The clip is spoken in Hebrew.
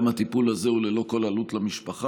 גם הטיפול הזה הוא ללא כל עלות למשפחה,